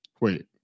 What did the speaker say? wait